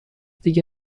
دیگه